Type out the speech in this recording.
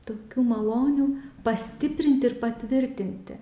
tokių malonių pastiprinti ir patvirtinti